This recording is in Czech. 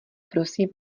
prosím